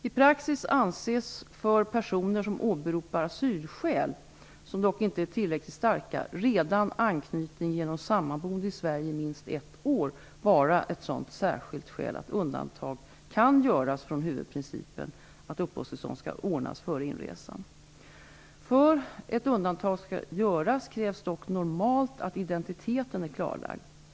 I praxis anses för personer som åberopar asylskäl, som dock inte är tillräckligt starka, redan anknytning genom sammanboende i Sverige i minst ett år vara ett sådant särskilt skäl att undantag kan göras från huvudprincipen att uppehållstillstånd skall ordnas före inresan. För att undantag skall göras krävs dock normalt att identiteten är klarlagd.